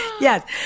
yes